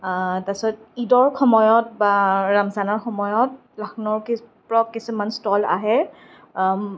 তাৰ পিছত ঈদৰ সময়ত বা ৰমজানৰ সময়ত লক্ষ্ণৌৰ পৰাও কিছুমান ষ্টল আহে